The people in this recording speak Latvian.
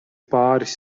pāris